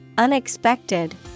Unexpected